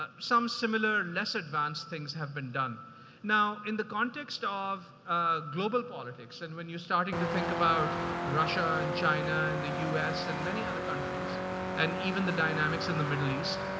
ah some similar, less advanced things have been done now in the context off global politics. and when you starting to think about ah russia and china and the u. s. and many other countries and even the dynamics in the middle east,